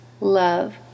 love